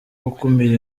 gukumira